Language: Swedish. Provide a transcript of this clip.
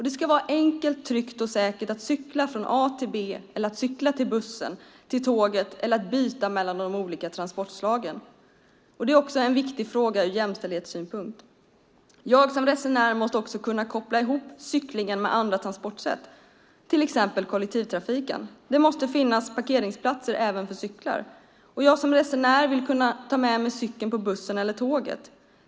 Det ska vara enkelt, tryggt och säkert att cykla från A till B, att cykla till bussen eller tåget eller att byta mellan de olika transportslagen. Det är också en viktig fråga ur jämställdhetssynpunkt. Jag som resenär måste kunna koppla ihop cykling med andra transportsätt, till exempel kollektivtrafik. Det måste finnas parkeringsplatser även för cyklar, och jag som resenär måste kunna ta med mig cykeln på bussen eller tåget.